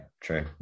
true